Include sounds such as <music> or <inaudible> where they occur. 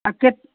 <unintelligible>